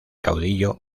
caudillo